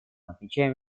отмечаем